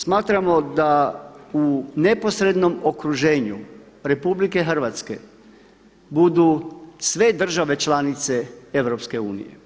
Smatramo da u neposrednom okruženju RH budu sve države članice EU.